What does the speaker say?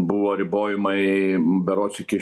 buvo ribojimai berods iki